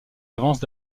avances